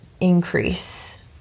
increase